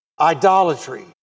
Idolatry